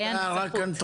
תעבורה";